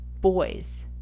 boys